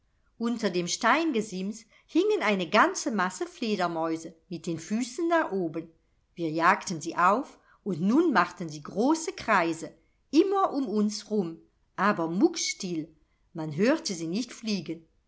unter dem steingesims hingen eine ganze masse fledermäuse mit den füßen nach oben wir jagten sie auf und nun machten sie große kreise immer um uns rum aber muckstill man hörte sie nicht fliegen